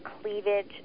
cleavage